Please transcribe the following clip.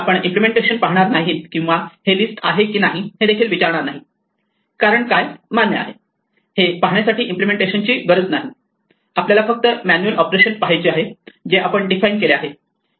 आपण इम्पलेमेंटेशन पाहणार नाहीत किंवा हे लिस्ट आहे की नाही हे देखील विचारणार नाही कारण काय मान्य आहे हे पाहण्यासाठी इम्पलेमेंटेशनची गरज नाही आपल्याला फक्त एक्च्युअल ऑपरेशन पाहायचे आहेत जे आपण डिफाइन केले आहेत